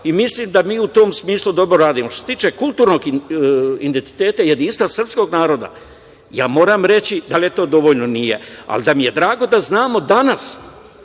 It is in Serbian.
Mislim da mi u tom smislu dobro radimo. Što se tiče kulturnog identiteta, jedinstava srpskog naroda, moram reći, da li je to dovoljno? Nije. Ali, da mi je drago da znamo danas,